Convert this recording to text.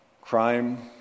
crime